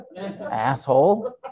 asshole